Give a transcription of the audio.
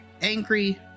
angry